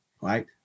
Right